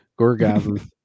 gorgasm